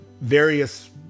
various